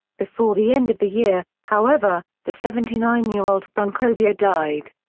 before the end of the year, however, the seventy nine year old brankovic died.